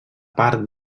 part